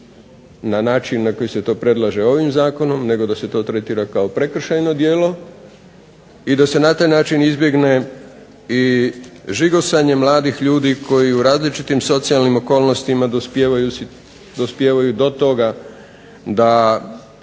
na način na koji se to predlaže ovim zakonom nego da se to tretira kao prekršajno djelo i da se na taj način izbjegne i žigosanje mladih ljudi koji u različitim socijalnim okolnostima dospijevaju do toga da